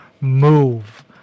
move